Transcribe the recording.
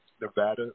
Nevada